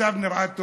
נראה טוב,